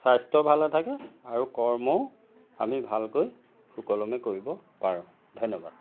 স্বাস্থ্য ভালে থাকে আৰু কৰ্মও আমি ভালকৈ সুকলমে কৰিব পাৰোঁ ধন্যবাদ